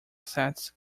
assets